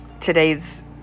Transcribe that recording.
today's